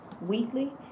weekly